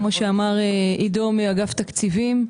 כמו שאמר עידו מאגף תקציבים,